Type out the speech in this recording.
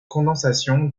condensation